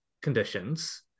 conditions